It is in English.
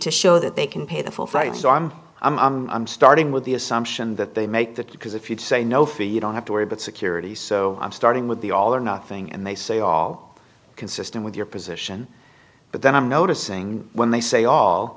to show that they can pay the full fight so i'm i'm i'm starting with the assumption that they make that because if you say no fee you don't have to worry about security so i'm starting with the all or nothing and they say all consistent with your position but then i'm noticing when they say all